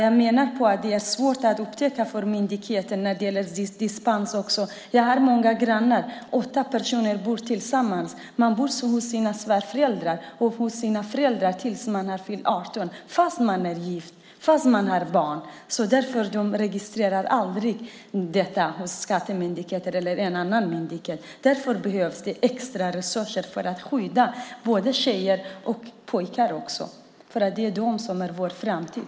Jag har grannar, åtta personer som bor tillsammans. De bor hos sina svärföräldrar eller föräldrar tills de har fyllt 18 år trots att de är gifta och trots att de har barn. Därför registreras aldrig detta hos skattemyndigheten eller någon annan myndighet. Därför behövs det extra resurser för att skydda både tjejer och pojkar, för det är de som är vår framtid.